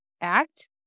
act